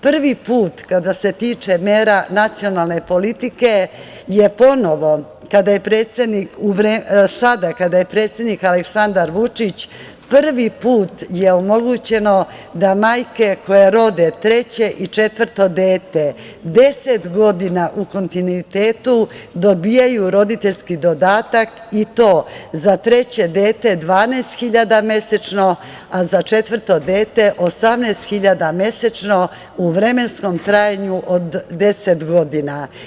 Prvi put kada se tiče mera nacionalne politike je ponovo sada kada je predsednik Aleksandar Vučić omogućeno da majke koje rode treće i četvrto dete 10 godina u kontinuitetu dobijaju roditeljski dodatak i to za treće dete 12 hiljada mesečno, a za četvrto dete 18 hiljada mesečno u vremenskom trajanju od 10 godina.